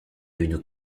une